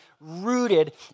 rooted